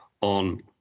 on